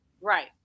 Right